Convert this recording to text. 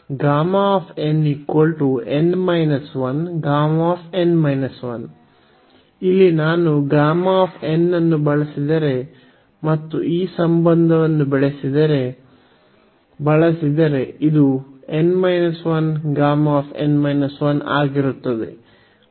ಇಲ್ಲಿ ನಾನು Γ ಅನ್ನು ಬಳಸಿದರೆ ಮತ್ತು ನಾವು ಈ ಸಂಬಂಧವನ್ನು ಬಳಸಿದರೆ ಇದು Γ ಆಗಿರುತ್ತದೆ